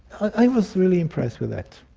i was really impressed with that.